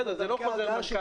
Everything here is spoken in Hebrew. בסדר, זה לא חוזר מנכ"ל.